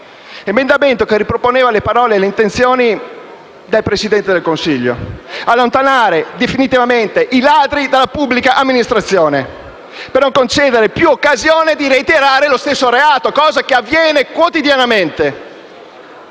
L'emendamento proponeva le parole e le intenzioni del Presidente del Consiglio. Allontanare definitivamente i ladri dalla pubblica amministrazione per non concedere più occasione di reiterare lo stesso reato, cosa che avviene quotidianamente.